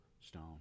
stone